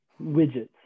widgets